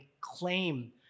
claim